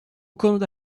konuda